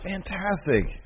Fantastic